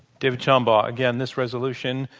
david shambaugh, again, this resolution,